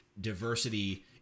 diversity